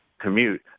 commute